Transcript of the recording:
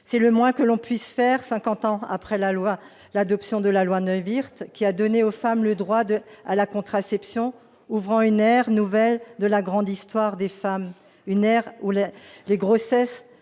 C'est le moins que l'on puisse faire, cinquante ans après l'adoption de loi Neuwirth, qui a donné aux femmes le droit à la contraception, ouvrant une ère nouvelle de la grande histoire des femmes, une ère où les grossesses